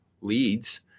leads